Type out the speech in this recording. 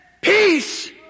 Peace